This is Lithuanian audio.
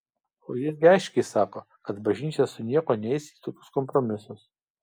o jis gi aiškiai sako kad bažnyčia su niekuo neis į tokius kompromisus